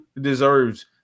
deserves